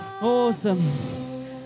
awesome